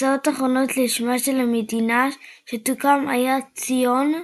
הצעות אחרות לשמה של המדינה שתוקם היו "ציון",